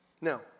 Now